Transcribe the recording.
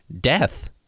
Death